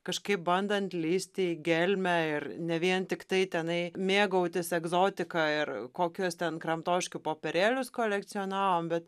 kažkaip bandant lįsti į gelmę ir ne vien tiktai tenai mėgautis egzotika ir kokius ten kramtoškių popierėlius kolekcionavom bet